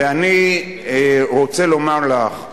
ואני רוצה לומר לך,